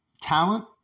talent